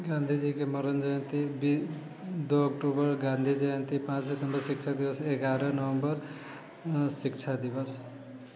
गाँधीजीके मरण जयंती दो अक्टूबर गाँधी जयन्ती पांँच सितम्बर शिक्षक दिवस एगारह नवम्बर शिक्षा दिवस